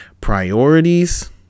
priorities